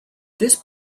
this